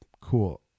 cool